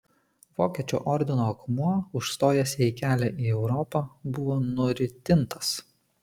vokiečių ordino akmuo užstojęs jai kelią į europą buvo nuritintas